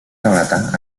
relatar